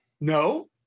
no